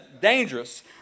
dangerous